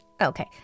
Okay